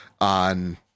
on